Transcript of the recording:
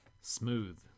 smooth